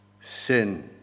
sin